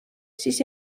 siis